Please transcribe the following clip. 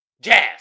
Jazz